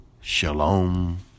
Shalom